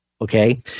Okay